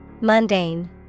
Mundane